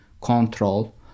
control